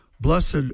Blessed